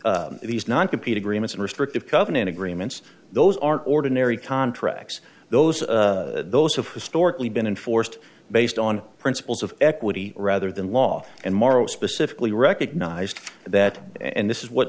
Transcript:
that these non compete agreements and restrictive covenant agreements those aren't ordinary contracts those those have historically been enforced based on principles of equity rather than law and morrow specifically recognized that and this is what